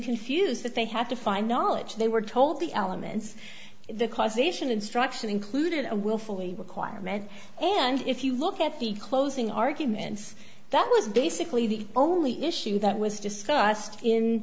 confused that they have to find knowledge they were told the elements the causation instruction included a willfully requirement and if you look at the closing arguments that was basically the only issue that was discussed in